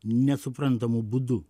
nesuprantamu būdu